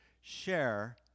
share